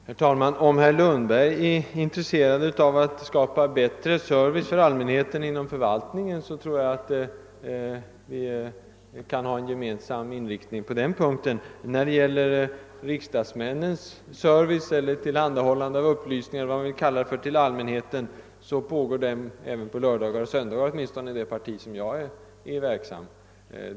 Herr talman! Om herr Lundberg är intresserad av att skapa bättre service för allmänheten inom förvaltningen tror jag att vi kan förenas i en gemensam strävan. Riksdagsmännens »service« eller kontakt med allmänheten pågår även lördagar och söndagar — åtminstone inom det parti i vilket jag är verksam.